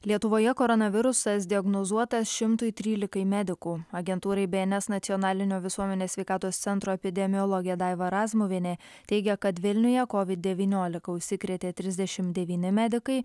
lietuvoje koronavirusas diagnozuotas šimtui trylikai medikų agentūrai bns nacionalinio visuomenės sveikatos centro epidemiologė daiva razmuvienė teigia kad vilniuje covid devyniolika užsikrėtė trisdešimt devyni medikai